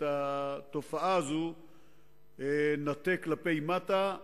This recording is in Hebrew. את התופעה הזאת נטה כלפי מטה.